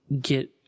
get